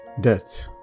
death